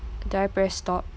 do I press stop